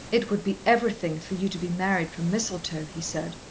it would be everything for you to be married from mistletoe, he said.